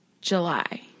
July